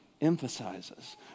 emphasizes